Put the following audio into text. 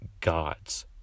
gods